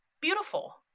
Beautiful